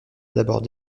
d’abord